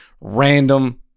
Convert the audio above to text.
random